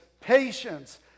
patience